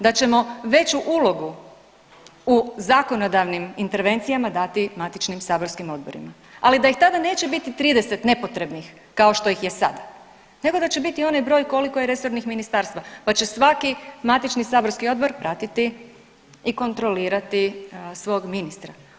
Da ćemo veću ulogu u zakonodavnim intervencijama dati matičnim saborskim odborima, ali da ih tada neće biti 30 nepotrebnih kao što ih je sad, nego da će biti onaj broj koliko je resornih ministarstva, pa će svaki matični saborski odbor pratiti i kontrolirati svog ministra.